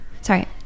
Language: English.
Sorry